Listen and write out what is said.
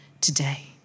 today